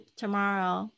tomorrow